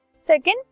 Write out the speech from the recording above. Second